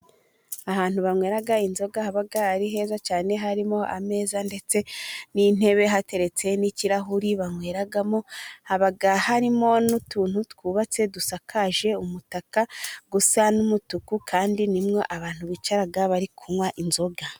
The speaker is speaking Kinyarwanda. Ahantu banywera inzoga haba ari heza cyane harimo ameza ndetse n'intebe hateretse n'ikirahuri banyweramo, haba harimo n'utuntu twubatse dusakaje umutaka gusa n'umutuku kandi ni mo abantu bicara bari kunywa inzoga.